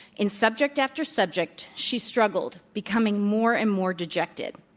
in subject after subject, she struggled, becoming more and more dejected.